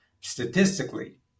statistically